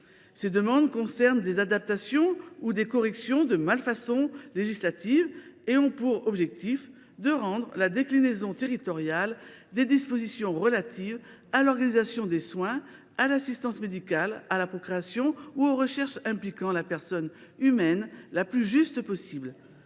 Ces demandes concernent des adaptations ou des corrections de malfaçons législatives : il s’agit de rendre la plus juste possible la déclinaison territoriale des dispositions relatives à l’organisation des soins, à l’assistance médicale à la procréation ou aux recherches impliquant la personne humaine. Même si, sur la